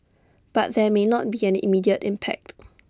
but there may not be an immediate impact